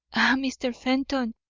ah, mr. fenton,